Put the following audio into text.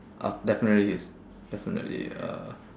uh definitely his definitely uh